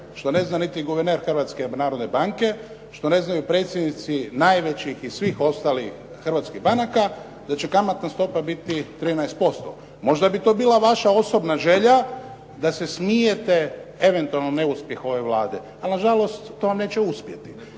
što ne zna niti guverner Hrvatske narodne banke, što ne znaju predsjednici najvećih i svih ostalih hrvatskih banaka da će kamatna stopa biti 13%. Možda bi to bila vaša osobna želja da se smijete eventualno neuspjehu ove Vlade. Ali nažalost, to neće uspjeti